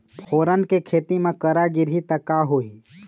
फोरन के खेती म करा गिरही त का होही?